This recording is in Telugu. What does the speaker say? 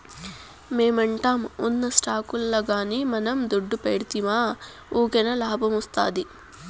మొమెంటమ్ ఉన్న స్టాకుల్ల గానీ మనం దుడ్డు పెడ్తిమా వూకినే లాబ్మొస్తాది